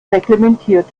reglementiert